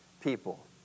people